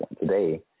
today